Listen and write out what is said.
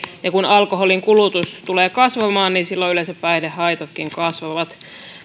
kun alkoholin kulutus kasvaa niin silloin yleensä päihdehaitatkin kasvavat